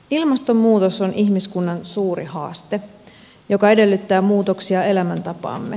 ilmastonmuutos on ihmiskunnan suuri haaste joka edellyttää muutoksia elämäntapaamme